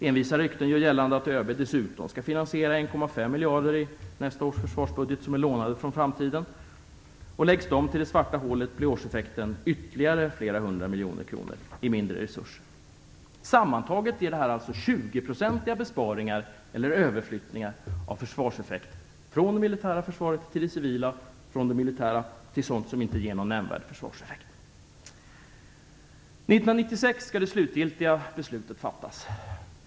Envisa rykten gör gällande att ÖB dessutom skall finansiera 1,5 miljarder i nästa års försvarsbudget som är lånade från framtiden. Läggs de till "det svarta hålet" blir årseffekten ytterligare flera hundra miljoner kronor i mindre resurser. Sammantaget ger detta 20-procentiga besparingar eller överflyttningar av försvarseffekt från det militära försvaret till det civila - från det militära till sådant som inte ger någon nämnvärd försvarseffekt. År 1996 skall det slutgilitiga beslutet fattas.